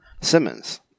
Simmons